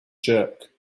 jerk